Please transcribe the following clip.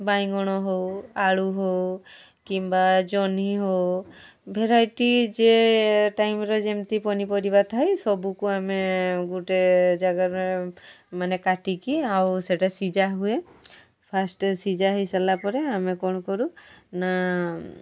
ବାଇଗଣ ହଉ ଆଳୁ ହଉ କିମ୍ବା ଜହ୍ନି ହଉ ଭେରାଇଟି ଯେ ଟାଇମ୍ରେ ଯେମିତି ପନିପରିବା ଥାଏ ସବୁକୁ ଆମେ ଗୋଟେ ଜାଗାରେ ମାନେ କାଟିକି ଆଉ ସେଟା ସିଝା ହୁଏ ଫାଷ୍ଟେ ସିଝା ହୋଇସାରିଲା ପରେ ଆମେ କ'ଣ କରୁ ନା